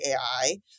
AI